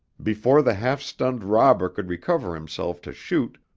before the half-stunned robber could recover himself to shoot,